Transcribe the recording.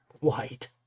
white